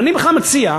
אני בכלל מציע: